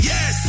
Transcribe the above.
Yes